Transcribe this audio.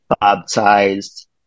baptized